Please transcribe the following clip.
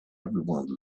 everyone